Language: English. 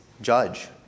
judge